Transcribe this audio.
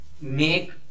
make